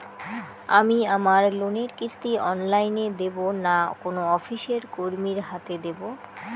আমি আমার লোনের কিস্তি অনলাইন দেবো না কোনো অফিসের কর্মীর হাতে দেবো?